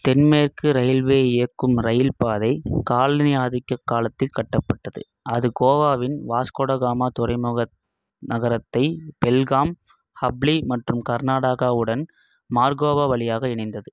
தென்மேற்கு ரயில்வே இயக்கும் ரயில் பாதை காலனி ஆதிக்க காலத்தில் கட்டப்பட்டது அது கோவாவின் வாஸ்கோடகாமா துறைமுக நகரத்தை பெல்காம் ஹூப்ளி மற்றும் கர்நாடகாவுடன் மார்கோவா வழியாக இணைந்தது